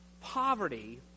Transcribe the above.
poverty